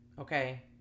okay